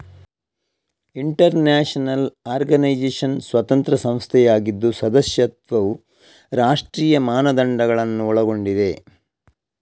inter national organisation ಸ್ವತಂತ್ರ ಸಂಸ್ಥೆಯಾಗಿದ್ದು ಸದಸ್ಯತ್ವವು ರಾಷ್ಟ್ರೀಯ ಮಾನದಂಡಗಳನ್ನು ಒಳಗೊಂಡಿದೆ